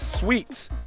Sweets